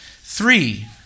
Three